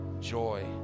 joy